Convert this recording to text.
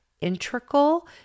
integral